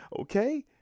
Okay